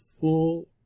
full